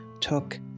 took